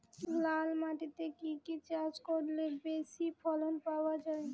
লাল মাটিতে কি কি চাষ করলে বেশি ফলন পাওয়া যায়?